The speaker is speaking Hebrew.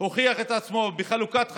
הוכיח את עצמו בחלוקת חבילות,